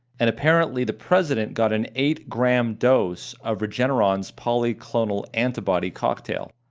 and apparently the president got an eight-gram dose of regeneron's polyclonal antibody cocktail,